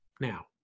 Now